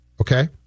okay